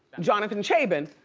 jonathan cheban,